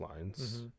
lines